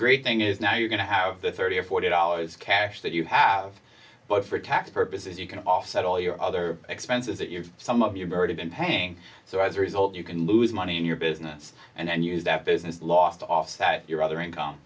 great thing is now you're going to have the thirty or forty dollars cash that you have but for tax purposes you can offset all your other expenses that you're some of your burden been paying so as a result you can lose money in your business and then use that business last off that your other income